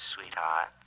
sweetheart